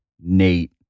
Nate